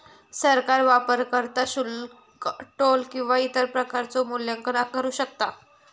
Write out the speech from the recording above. सरकार वापरकर्ता शुल्क, टोल किंवा इतर प्रकारचो मूल्यांकन आकारू शकता